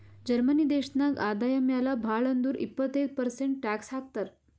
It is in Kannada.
ಜರ್ಮನಿ ದೇಶನಾಗ್ ಆದಾಯ ಮ್ಯಾಲ ಭಾಳ್ ಅಂದುರ್ ಇಪ್ಪತ್ತೈದ್ ಪರ್ಸೆಂಟ್ ಟ್ಯಾಕ್ಸ್ ಹಾಕ್ತರ್